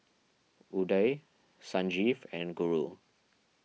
Udai Sanjeev and Guru